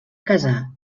casar